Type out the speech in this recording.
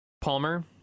Palmer